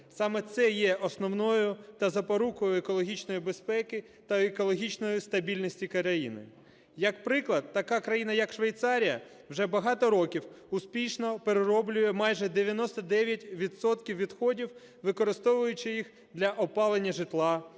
Саме це є основною та запорукою екологічної безпеки та екологічної стабільності країни. Як приклад така країна як Швейцарія вже багато років успішно переробляє майже 99 відсотків відходів, використовуючи їх для опалення житла,